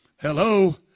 Hello